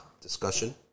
Discussion